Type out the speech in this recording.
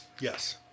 yes